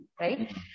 right